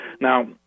Now